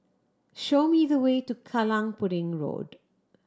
show me the way to Kallang Pudding Road